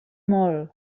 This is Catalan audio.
molt